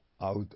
out